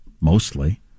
mostly